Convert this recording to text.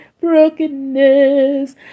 brokenness